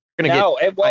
no